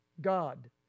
God